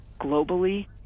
globally